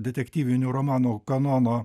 detektyvinių romanų kanono